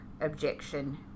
Objection